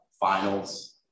finals